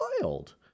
wild